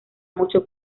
mucho